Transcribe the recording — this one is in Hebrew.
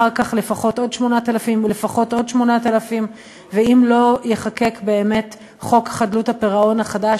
ואחר כך לפחות עוד 8,000 ולפחות עוד 8,000. אם לא ייחקק באמת חוק חדלות הפירעון החדש,